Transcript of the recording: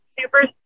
super